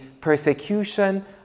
persecution